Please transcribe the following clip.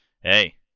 hey